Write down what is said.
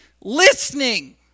listening